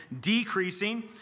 decreasing